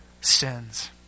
sins